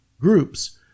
groups